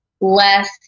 less